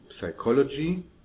psychology